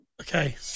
Okay